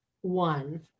one